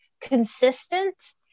consistent